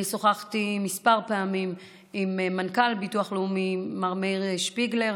אני שוחחתי כמה פעמים עם מנכ"ל ביטוח לאומי מר מאיר שפיגלר.